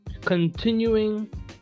Continuing